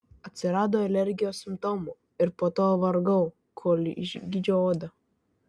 atsirado alergijos simptomų ir po to vargau kol išgydžiau odą